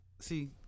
See